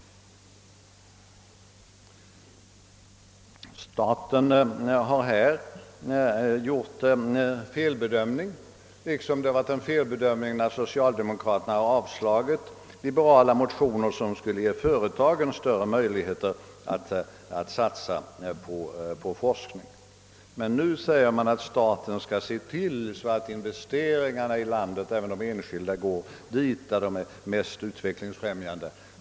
Staten har här gjort en felbedömning, liksom det varit en felbedömning när socialdemokraterna avslagit liberala motioner som skulle ge företagen större möjligheter att satsa på forskning. Nu säger man att staten skall se till att investeringarna i landet — även de enskilda — går dit där de är mest utvecklingsfrämjande.